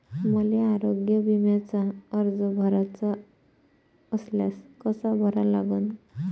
मले आरोग्य बिम्याचा अर्ज भराचा असल्यास कसा भरा लागन?